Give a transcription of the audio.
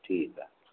ठीक है